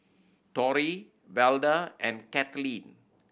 Torry Velda and Cathleen